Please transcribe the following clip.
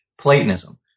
Platonism